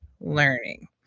learning